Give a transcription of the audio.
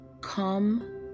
come